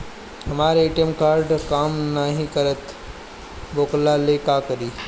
हमर ATM card काम नईखे करत वोकरा ला का करी?